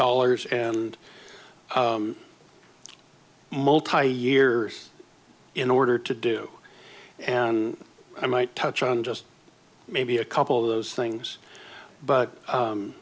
dollars and multi year in order to do and i might touch on just maybe a couple of those things but